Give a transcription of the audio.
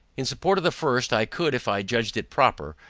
in support of the first, i could, if i judged it proper,